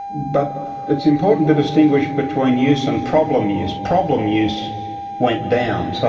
but it's important to distinguish between use and problem use. problem use went down, so